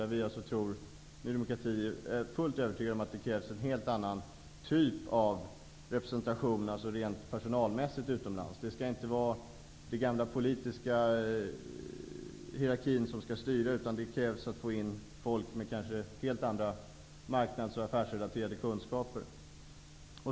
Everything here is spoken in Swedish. Där är Ny demokrati fullt övertygade om att det krävs en helt annan typ av representation rent personalmässigt utomlands. Den gamla politiska hierarkin skall inte styra, utan det krävs att vi får in folk med helt andra marknads och affärsrelaterade kunskaper.